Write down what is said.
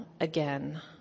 again